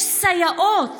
יש סייעות